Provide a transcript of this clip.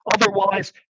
Otherwise